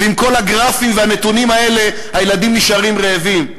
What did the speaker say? ועם כל הגרפים והנתונים האלה הילדים נשארים רעבים.